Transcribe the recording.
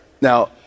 Now